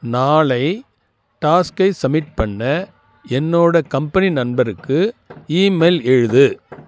நாளை டாஸ்க்கை சப்மிட் பண்ண என்னோட கம்பெனி நண்பருக்கு ஈமெயில் எழுது